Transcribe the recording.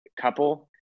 couple